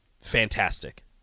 fantastic